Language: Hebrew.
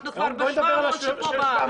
אנחנו כבר ב-700 פה בארץ.